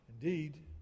Indeed